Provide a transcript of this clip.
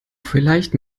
vielleicht